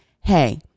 hey